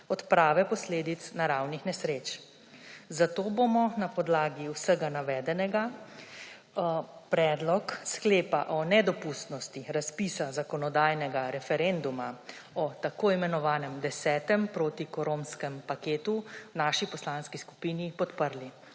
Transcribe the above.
odprave posledic naravnih nesreč, zato bomo na podlagi vsega navedenega predlog sklepa o nedopustnosti razpisa zakonodajnega referenduma o tako imenovanem desetem protikoronskem paketu v naši poslanski skupini podprli.